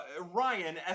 Ryan